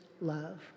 love